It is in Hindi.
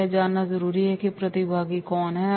यह जानना ज़रूरी है कि प्रतिभागी कौन है